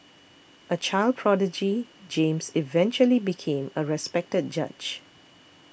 a child prodigy James eventually became a respected judge